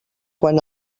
quan